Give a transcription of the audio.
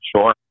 sure